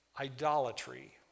idolatry